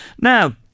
Now